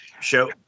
show